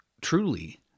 truly